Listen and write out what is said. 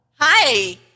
Hi